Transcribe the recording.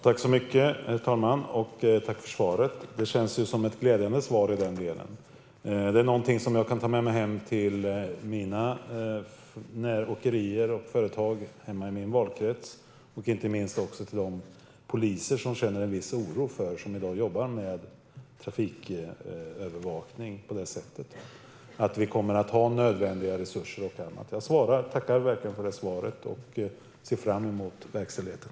Herr talman! Jag tackar för svaret. Det känns som ett glädjande svar som jag kan ta med mig hem till åkerierna och företagen i min valkrets och inte minst till de poliser som i dag jobbar med trafikövervakning och som känner en viss oro. Vi kommer att ha nödvändiga resurser och annat. Jag tackar verkligen för svaret och ser fram emot verkställigheten.